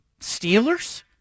Steelers